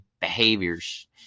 behaviors